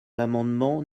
l’amendement